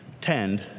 tend